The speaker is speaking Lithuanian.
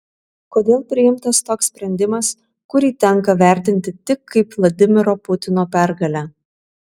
kodėl priimtas toks sprendimas kurį tenka vertinti tik kaip vladimiro putino pergalę